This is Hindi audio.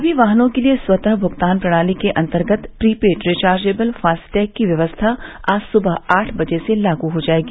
समी वाहनों के लिए स्वतः भूगतान प्रणाली के अन्तर्गत प्रीपेड रिचार्जेबल फास्टैग की व्यवस्था आज सुबह आठ बजे से लागू हो जायेगी